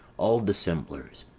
all dissemblers.